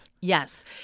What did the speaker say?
yes